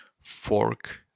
fork